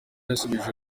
yasubije